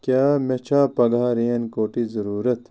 کیٛاہ مےٚ چھا پگاہ رین کورٹٕچ ضرورت